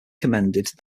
commended